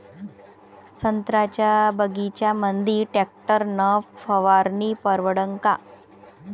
संत्र्याच्या बगीच्यामंदी टॅक्टर न फवारनी परवडन का?